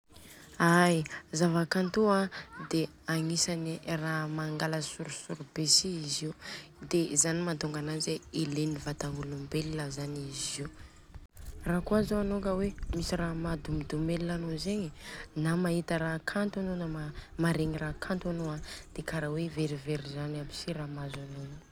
Ai, zava-kanto Io an de agnisany ra mangala sorisory be si izy io, de zany mantonga ananjy hoe ileny ny vatagn'olombelona zany izy Io. Rakoa zô anô ka hoe misy ra madomedomeligna anô zegny de na mahita ra kanto anô na maregny ra kanto anô an de kara hoe verivery zany aby si ra mahazo anô.